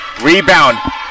rebound